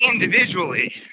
individually